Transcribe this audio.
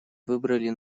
выбрали